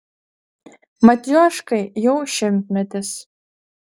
matrioškai jau šimtmetis